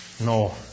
No